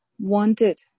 wanted